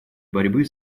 борьбы